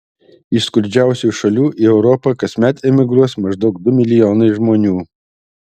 iš skurdžiausių šalių į europą kasmet emigruos maždaug du milijonai žmonių